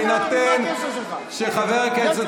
אני אומר בהינתן שחבר הכנסת